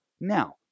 now